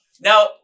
Now